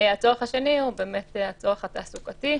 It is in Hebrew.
הצורך השני הוא באמת הצורך התעסוקתי.